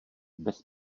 bez